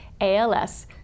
ALS